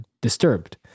disturbed